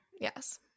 Yes